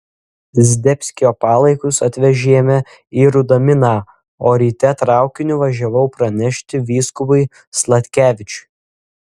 zdebskio palaikus atvežėme į rudaminą o ryte traukiniu važiavau pranešti vyskupui sladkevičiui